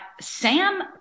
Sam